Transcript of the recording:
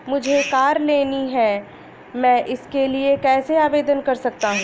मुझे कार लेनी है मैं इसके लिए कैसे आवेदन कर सकता हूँ?